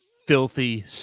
Filthy